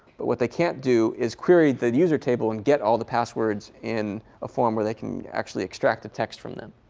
but what they can't do is query the user table and get all the passwords in a form where they can actually extract the text from them.